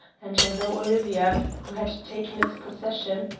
and though olivia, who had taken its possession,